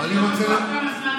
אני לא בטוח תוך כמה זמן,